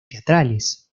teatrales